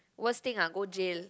worst thing ah go jail